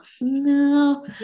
no